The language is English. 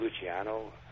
Luciano